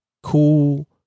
cool